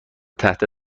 تحت